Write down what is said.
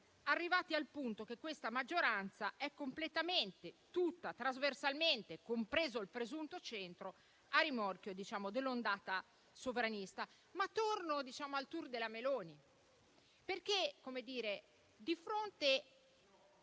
arrivati al punto che questa maggioranza è completamente, trasversalmente, compreso il presunto centro, a rimorchio dell'ondata sovranista. Ma tornando al *tour* della Meloni, di fronte